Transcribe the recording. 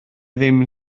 ddim